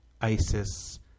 ISIS